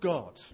God